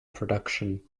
production